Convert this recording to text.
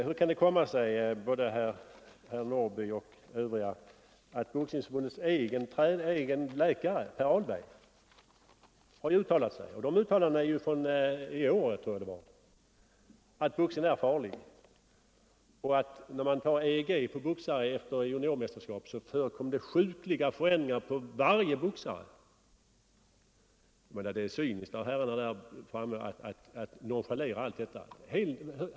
Hur kan det komma sig att Boxningsförbundets egen läkare herr Ahlberg i år har uttalat att boxning är så farlig att när man tar ett EEG på boxare efter juniormästerskap förekommer sjukliga förändringar hos varje boxare? Jag menar att det är cyniskt av herrarna att nonchalera detta.